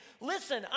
listen